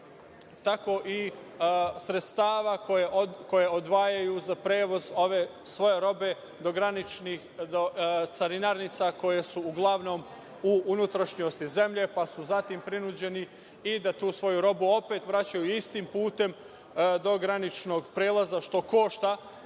tako i sredstava koja odvajaju za prevoz ove svoje robe do carinarnica koje su uglavnom u unutrašnjosti zemlje, pa su zato prinuđeni i da tu svoju robu opet vraćaju istim putem do graničnog prelaza, što košta,